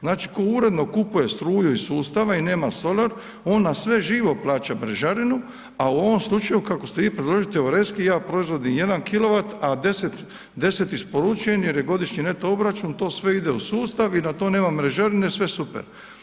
Znači tko uredno kupuje struju iz sustava i nema solar on na sve živo plaća mrežarinu a u ovom slučaju kako ste vi predložili teoretski ja proizvodim 1 kilovat a 10 isporučujem jer je godišnji neto obračun, to sve ide u sustav i na to nema mrežarine, sve super.